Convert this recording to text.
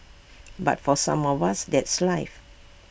but for some of us that's life